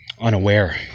unaware